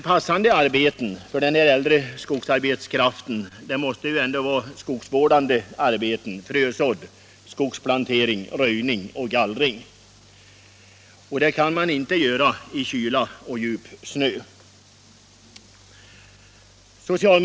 Passande uppgifter för den äldre skogsarbetskraften måste ändå vara skogsvårdande arbeten — frösådd, skogsplantering, röjning och gallring — men dem kan man inte utföra i kyla och djup snö.